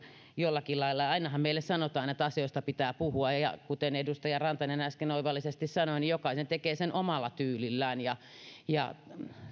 jollakin lailla ja ainahan meille sanotaan että asioista pitää puhua ja kuten edustaja rantanen äsken oivallisesti sanoi niin jokainen tekee sen omalla tyylillään